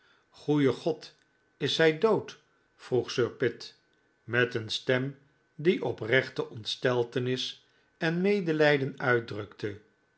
goeie god is zij dood vroeg sir pitt met een stem die oprechte ontsteltenis en medelijden uitdrukte